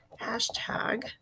Hashtag